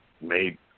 made